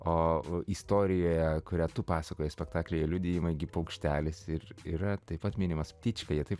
o istorijoje kurią tu pasakoji spektaklyje liudijimai gi paukštelis ir yra taip pat minimas ptička jie taip